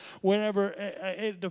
whenever